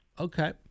Okay